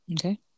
Okay